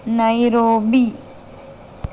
Nairobi